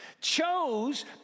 chose